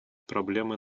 проблемы